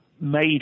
made